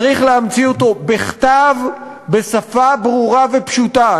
צריך להמציא אותו בכתב בשפה ברורה ופשוטה.